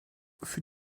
für